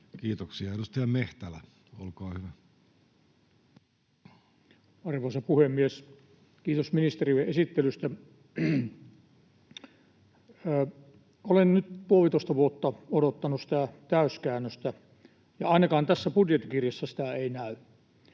Kiitoksia. — Edustaja Mehtälä, olkaa hyvä. Arvoisa puhemies! Kiitos ministerille esittelystä. Olen nyt puolitoista vuotta odottanut sitä täyskäännöstä, ja ainakaan tässä budjettikirjassa sitä ei näy.